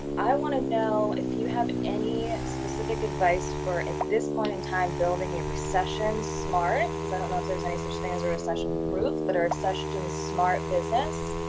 i wanna know if you have any specific advice for at this point in time, building a recession smart cause i don't know if there's any such thing as a recession proof, but a recession smart business,